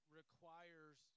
requires